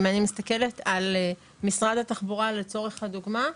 אם אני מסתכלת על משרד התחבורה לצורך הדוגמה,